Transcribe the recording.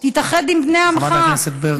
תתאחד עם בני עמך,